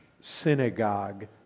synagogue